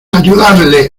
ayudarle